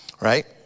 Right